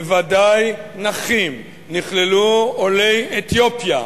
בוודאי נכים, נכללו עולי אתיופיה,